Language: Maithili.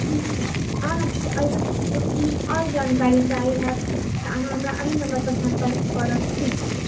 ठीक छै अगर अहाँके एहिपर और जानकारी चाहे हैत तऽ अहाँ हमरा अहि नम्बर पर सम्पर्क करब ठीक छै